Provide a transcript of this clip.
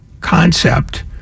concept